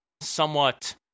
somewhat